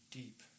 deep